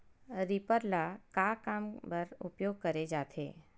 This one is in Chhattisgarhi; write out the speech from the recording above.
रीपर ल का काम बर उपयोग करे जाथे?